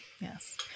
Yes